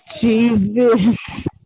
Jesus